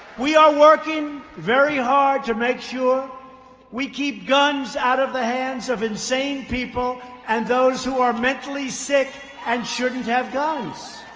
we are working very hard to make sure we keep guns out of the hands of insane people and those who are mentally sick and shouldn't have guns.